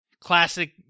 classic